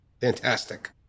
Fantastic